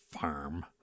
farm